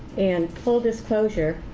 and full disclosure,